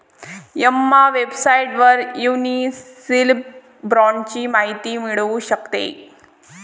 Emma वेबसाइटवर municipal बाँडची माहिती मिळू शकते